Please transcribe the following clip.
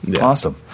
Awesome